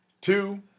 Two